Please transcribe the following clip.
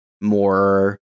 more